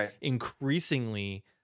increasingly